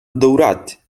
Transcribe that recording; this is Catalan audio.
daurat